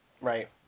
Right